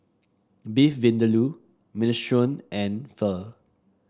Beef Vindaloo Minestrone and Pho